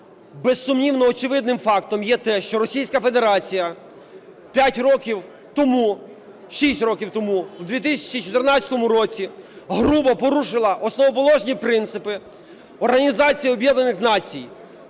Безсумнівно, очевидним фактом є те, що Російська Федерація 5 років тому… 6 років тому, у 2014, році грубо порушила основоположні принципи